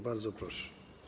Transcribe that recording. Bardzo proszę.